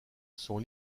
sont